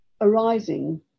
arising